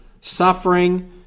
suffering